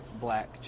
black